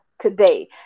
today